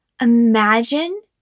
imagine